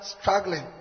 struggling